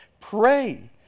pray